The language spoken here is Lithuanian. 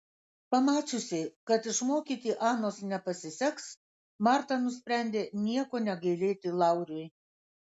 pamačiusi kad išmokyti anos nepasiseks marta nusprendė nieko negailėti lauriui